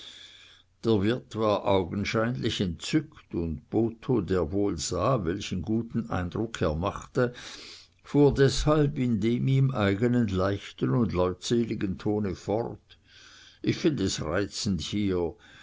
der wirt war augenscheinlich entzückt und botho der wohl sah welchen guten eindruck er machte fuhr deshalb in dem ihm eigenen leichten und leutseligen tone fort ich find es reizend hier